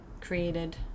created